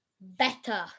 Better